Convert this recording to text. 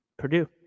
Purdue